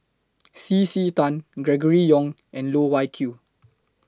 C C Tan Gregory Yong and Loh Wai Kiew